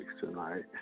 tonight